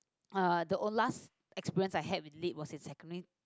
uh the uh last experience I had with lit was in secondary